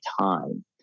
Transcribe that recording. time